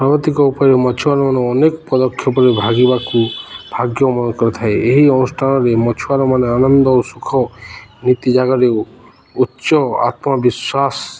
ପାର୍ବତିକ ଉପରେ ମଛୁଆରମାନେ ଅନେକ ପଦକ୍ଷେପରେ ଭାଗିବାକୁ ଭାଗ୍ୟମନ କରିଥାଏ ଏହି ଅନୁଷ୍ଠାନରେ ମଛୁଆରମାନେ ଆନନ୍ଦ ଓ ସୁଖ ନୀତି ଜାଗାରେ ଉଚ୍ଚ ଆତ୍ମବିଶ୍ୱାସ